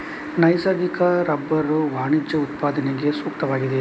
ನೈಸರ್ಗಿಕ ರಬ್ಬರು ವಾಣಿಜ್ಯ ಉತ್ಪಾದನೆಗೆ ಸೂಕ್ತವಾಗಿದೆ